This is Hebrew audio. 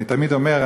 אני תמיד אומר,